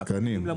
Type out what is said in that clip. התקנים למוצרים.